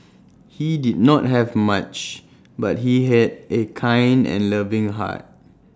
he did not have much but he had A kind and loving heart